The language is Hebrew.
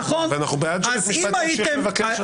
נכון, ואנו בעד שבית המשפט ימשיך לבקר.